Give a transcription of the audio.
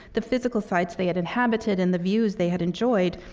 the physical sites they had inhabited, and the views they had enjoyed,